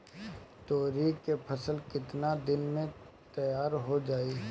तोरी के फसल केतना दिन में तैयार हो जाई?